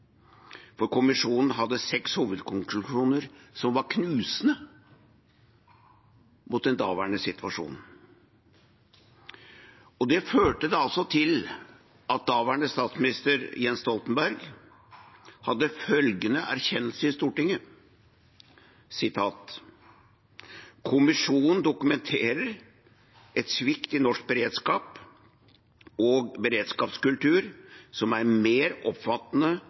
Gjørv. Kommisjonen hadde seks hovedkonklusjoner som var knusende mot den daværende situasjonen. Det førte også til at daværende statsminister, Jens Stoltenberg, hadde følgende erkjennelse i Stortinget: «Kommisjonen dokumenterer en svikt i norsk beredskap og beredskapskultur som er mer